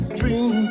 dream